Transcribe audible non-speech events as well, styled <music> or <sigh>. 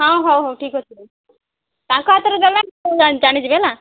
ହଁ ହଉ ହଉ ଠିକ ଅଛି ତାଙ୍କ ହାତରେ <unintelligible> ଜାଣିଯିବି ହେଲା